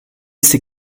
ces